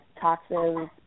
toxins